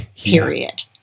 Period